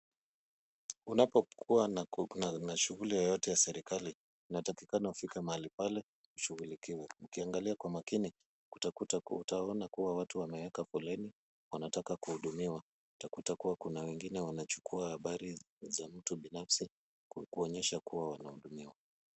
Unapokuwa na shughuli yoyote na serikali inatakikana ufike mahali pale ushughulikiwe. Ukiangalia kwa makini utaona kuwa watu wameeka foleni wanataka kuhudumiwa, utakuta kuwa kuna wengine wanachukua habari za mtu binafsi kuonyesha kuwa wanahudumiwa.